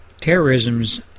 terrorism's